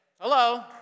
Hello